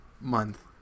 month